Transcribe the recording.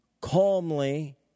calmly